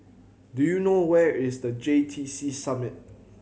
do you know where is The J T C Summit